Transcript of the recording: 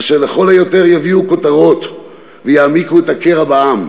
אשר לכל היותר יביאו כותרות ויעמיקו את הקרע בעם,